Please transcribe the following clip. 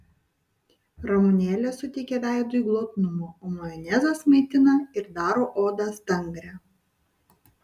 ramunėlės suteikia veidui glotnumo o majonezas maitina ir daro odą stangrią